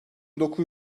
dokuz